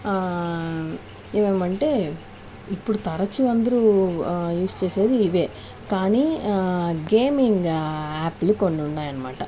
ఏమంటే ఇప్పుడు తరచు అందరు యూస్ చేసేది ఇవే కానీ గేమింగ్ యాప్లు కొన్నిఉన్నాయన్నమాట